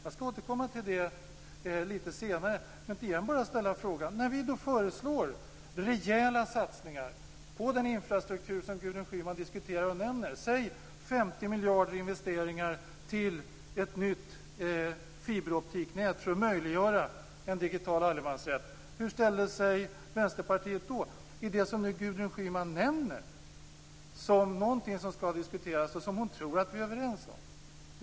Jag skall återkomma till det här lite senare, men till er vill jag bara ställa frågan: När vi föreslår rejäla satsningar på den infrastruktur som Gudrun Schyman diskuterar och nämner, säg 50 miljarder i investeringar till ett nytt fiberoptiknät för att möjliggöra en digital allemansrätt, hur ställer sig Vänsterpartiet då? Hur ställer sig Vänsterpartiet till det som Gudrun Schyman nu själv nämner som något som skall diskuteras och som hon tror att vi är överens om?